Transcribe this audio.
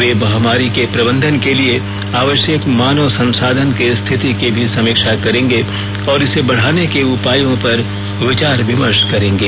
वे महामारी के प्रबंधन के लिए आवश्यक मानव संसाधन की स्थिति की भी समीक्षा करेंगे और इसे बढ़ाने के उपायों पर विचार विमर्श करेंगे